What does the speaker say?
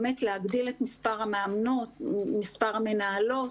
להגדלת מספר המאמנות והמנהלות.